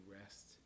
rest